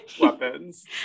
weapons